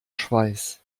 schweiß